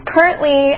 Currently